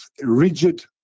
rigid